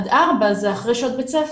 זה אחרי שעות בית הספר.